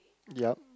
yep